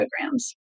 programs